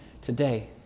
today